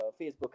Facebook